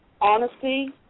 honesty